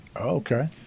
Okay